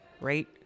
Right